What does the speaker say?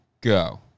go